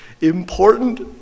important